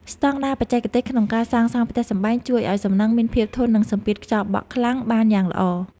ស្តង់ដារបច្ចេកទេសក្នុងការសាងសង់ផ្ទះសម្បែងជួយឱ្យសំណង់មានភាពធន់នឹងសម្ពាធខ្យល់បក់ខ្លាំងបានយ៉ាងល្អ។